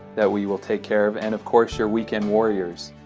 that we will take care of, and of course your weekend warriors.